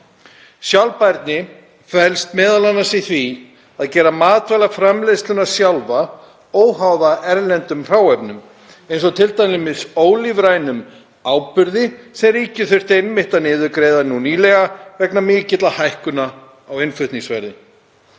Sjálfbærni felst m.a. í því að gera matvælaframleiðsluna sjálfa óháða erlendum hráefnum, eins og t.d. ólífrænum áburði sem ríkið þurfti einmitt að niðurgreiða nú nýlega vegna mikilla hækkana á innflutningsverði.